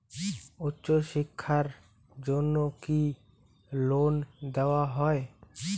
উচ্চশিক্ষার জন্য কি লোন দেওয়া হয়?